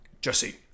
Jesse